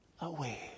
away